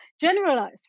generalize